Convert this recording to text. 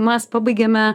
mes pabaigėme